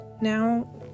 Now